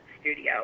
studio